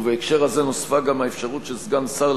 ובהקשר זה נוספה גם האפשרות של סגן שר